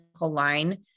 line